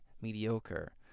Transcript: mediocre